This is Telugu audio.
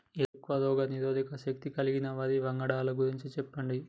ఎక్కువ రోగనిరోధక శక్తి కలిగిన వరి వంగడాల గురించి చెప్పండి?